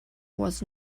was